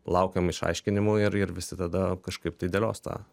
laukiam išaiškinimų ir ir visi tada kažkaip tai dėlios tą